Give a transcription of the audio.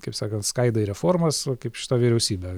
kaip sakant skaidai reformas va kaip šita vyriausybė